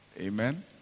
Amen